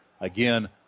again